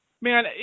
man